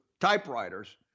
typewriters